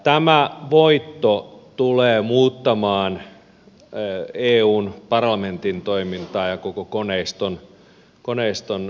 tämä voitto tulee muuttamaan eun parlamentin toimintaa ja koko koneiston suuntaa